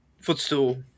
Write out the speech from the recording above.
footstool